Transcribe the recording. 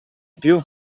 più